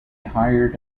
hired